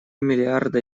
миллиарда